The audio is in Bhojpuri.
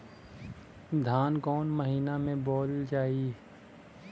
धान कवन महिना में बोवल जाई?